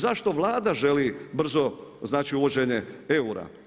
Zašto Vlada želi brzo uvođenje eura?